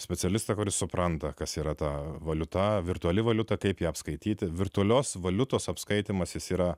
specialistą kuris supranta kas yra ta valiuta virtuali valiuta kaip ją apskaityti virtualios valiutos apskaitymas yra